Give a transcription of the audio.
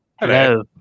Hello